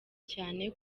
cyane